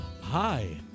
Hi